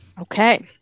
Okay